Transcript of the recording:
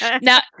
Now